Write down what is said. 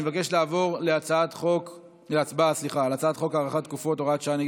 אני מבקש לעבור להצבעה על הצעת חוק הארכת תקופות (הוראת שעה,